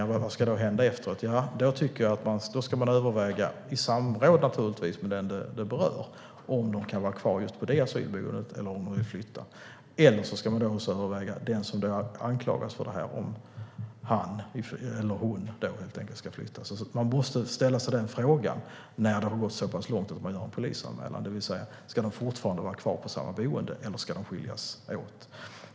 Då ska man, naturligtvis i samråd med den som det berör, överväga om denna person kan vara kvar just på detta asylboende eller om denna person ska flytta. Man kan också överväga om den som anklagas för detta ska flytta. Man måste ställa den frågan när det har gått så pass långt att det har gjorts en polisanmälan, det vill säga om de fortfarande ska vara kvar på samma boende eller skiljas åt.